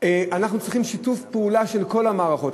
אנחנו צריכים שיתוף פעולה של כל המערכות.